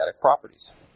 properties